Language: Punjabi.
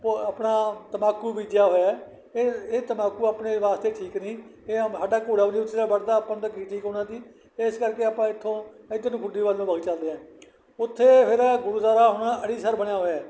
ਪ ਆਪਣਾ ਤੰਬਾਕੂ ਬੀਜਿਆ ਹੋਇਆ ਹੈ ਇਹ ਇਹ ਤੰਬਾਕੂ ਆਪਣੇ ਵਾਸਤੇ ਠੀਕ ਨਹੀਂ ਇਹ ਸਾਡਾ ਘੋੜਾ ਉਥੇ ਨਹੀਂ ਵੜ੍ਹਦਾ ਆਪਾਂ ਨੂੰ ਤਾਂ ਕੀ ਠੀਕ ਹੋਣਾ ਸੀ ਇਸ ਕਰਕੇ ਆਪਾਂ ਇੱਥੋਂ ਇਧਰ ਨੂੰ ਗੁੱਡੀ ਵੱਲ ਨੂੰ ਤੁਰ ਚਲਦੇ ਆ ਉੱਥੇ ਫਿਰ ਗੁਰਦੁਆਰਾ ਹੁਣ ਅੜੀਸਰ ਬਣਿਆ ਹੋਇਆ ਹੈ